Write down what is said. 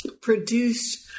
produced